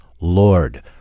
Lord